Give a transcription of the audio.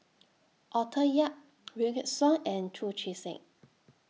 Arthur Yap Wykidd Song and Chu Chee Seng